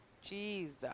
Jesus